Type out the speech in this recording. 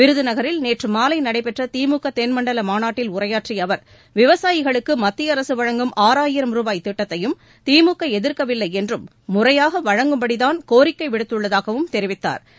விருதுநகரில் நேற்று மாலை நடைபெற்ற திமுக தென்மண்டல மாநாட்டில் உரையாற்றிய அவர் விவசாயிகளுக்கு மத்திய அரசு வழங்கும் ஆறாயிரம் ரூபாய் திட்டத்தையும் திமுக எதிர்க்கவில்லை என்றும் முறையாக வழங்கும்படிதான் கோரிக்கை விடுத்துள்ளதாகவும் தெரிவித்தாா்